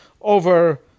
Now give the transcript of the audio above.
over